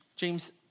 James